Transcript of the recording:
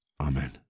Amen